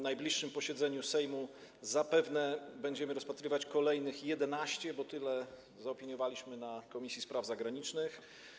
Na najbliższym posiedzeniu Sejmu zapewne będziemy rozpatrywać kolejnych 11, bo tyle zaopiniowaliśmy na posiedzeniu Komisji Spraw Zagranicznych.